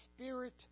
Spirit